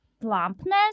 plumpness